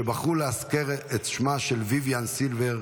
שבחרו לאזכר את שמה של ויויאן סילבר,